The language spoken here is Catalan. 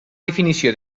definició